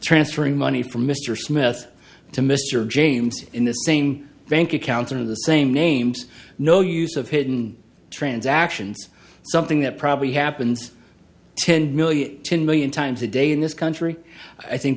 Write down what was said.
transferring money from mr smith to mr james in the same bank accounts of the same names no use of hidden transactions something that probably happens ten million ten million times a day in this country i think